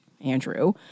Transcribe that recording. Andrew